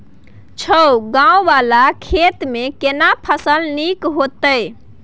छै ॉंव वाला खेत में केना फसल नीक होयत?